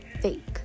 fake